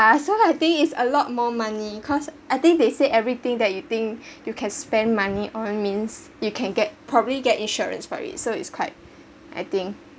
yeah so I think is a lot more money cause I think they said everything that you think you can spend money all means you can get probably get insurance for it so it's quite I think